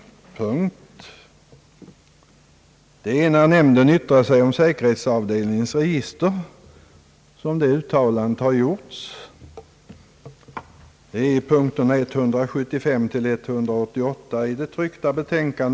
Uttalandet har gjorts i samband med att nämnden yttrar sig om säkerhetsavdelningens register. Uttalandet börjar i punkten 175 och slutar sedermera i punkten 188.